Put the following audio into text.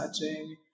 touching